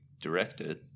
directed